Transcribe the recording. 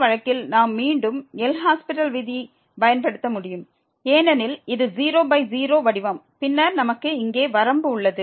இந்த வழக்கில் நாம் மீண்டும் எல் ஹாஸ்பிடல் விதியை பயன்படுத்த முடியும் ஏனெனில் இது 00 வடிவம் பின்னர் நமக்கு இங்கே வரம்பு உள்ளது